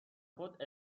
خود